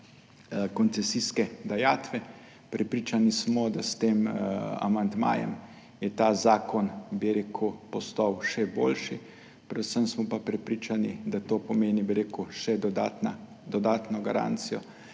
koncesijske dajatve. Prepričani smo, da s tem amandmajem je ta zakon postal še boljši, predvsem smo pa prepričani, da to pomeni še dodatno garancijo,